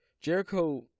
Jericho